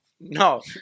No